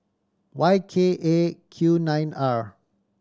Y K A Q nine R